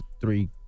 three